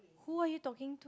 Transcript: who are you talking to